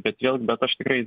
bet vėl bet aš tikrai